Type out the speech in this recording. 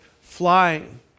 flying